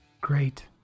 great